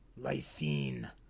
Lysine